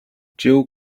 jill